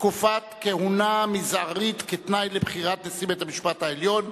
(תקופת כהונה מזערית כתנאי לבחירת נשיא בית-המשפט העליון),